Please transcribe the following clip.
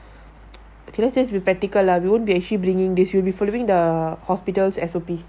let's just be practical lah you won't be actually bringing this you'll be following the hospitals S_O_P